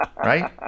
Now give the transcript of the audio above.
Right